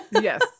yes